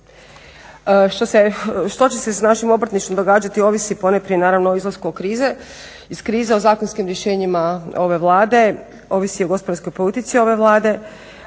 Što će se s našim obrtništvom događati ovisi ponajprije naravno o izlasku iz krize, o zakonskim rješenjima ove Vlade, ovisi o gospodarskoj politici ove Vlade,